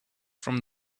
from